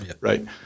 right